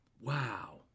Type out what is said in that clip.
Wow